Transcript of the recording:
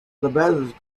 lebesgue